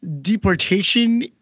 deportation